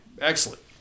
excellent